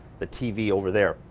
the tv over there.